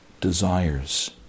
desires